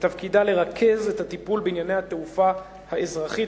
ותפקידה לרכז את הטיפול בענייני התעופה האזרחית,